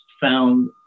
found